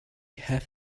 have